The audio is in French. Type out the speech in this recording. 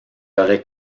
aurait